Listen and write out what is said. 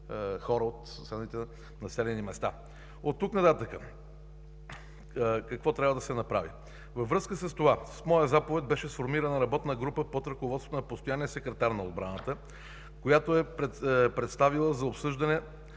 хора от съседните населените места. Какво трябва да се направи оттук нататък? Във връзка с това с моя заповед беше сформирана работна група под ръководството на постоянния секретар на отбраната, която е представила за обсъждане